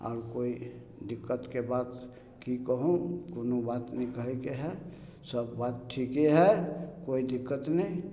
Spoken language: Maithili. आओर कोइ दिक्कतके बात की कहौं कोनो बात नहि कहयके हइ सब बात ठीके हइ कोइ दिक्कत नहि